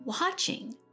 watching